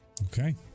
Okay